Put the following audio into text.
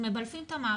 שמבלפים את המערכת.